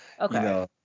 Okay